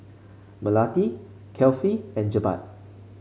Melati Kefli and Jebat